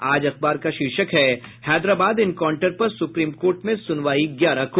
आज अखबार का शीर्षक है हैदराबाद एनकांउंटर पर सुप्रीम कोर्ट में सुनवाई ग्यारह को